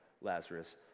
Lazarus